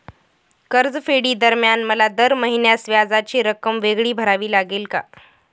कर्जफेडीदरम्यान मला दर महिन्यास व्याजाची रक्कम वेगळी भरावी लागेल का?